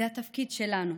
זה התפקיד שלנו,